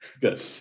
Good